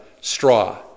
straw